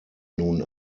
nun